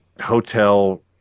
hotel